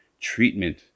treatment